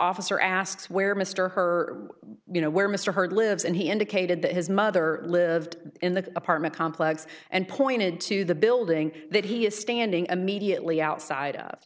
officer asks where mr her you know where mr hurd lives and he indicated that his mother lived in the apartment complex and pointed to the building that he is standing immediately outside of